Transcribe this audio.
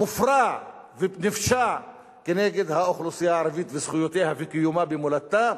מופרע ונפשע כנגד האוכלוסייה הערבית וזכויותיה וקיומה במולדתה.